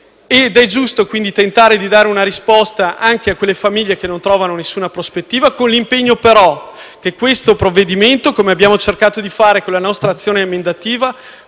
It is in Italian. ed è giusto tentare di dare una risposta anche a quelle famiglie che non hanno alcuna prospettiva, con l'impegno però che questo provvedimento - come abbiamo cercato di fare con la nostra azione emendativa